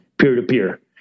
peer-to-peer